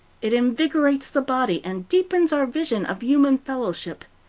it invigorates the body, and deepens our vision of human fellowship.